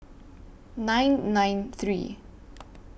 nine nine three